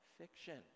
fiction